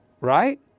right